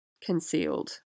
concealed